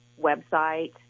website